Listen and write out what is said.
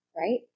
Right